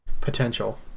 potential